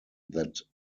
that